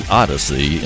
odyssey